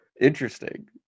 Interesting